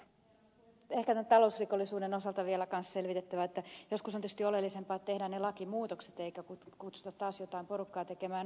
ehkä tämän talousrikollisuuden osalta on vielä kanssa selvitettävää joskus on tietysti oleellisempaa että tehdään ne lakimuutokset eikä kutsuta taas jotain porukkaa tekemään ohjelmaa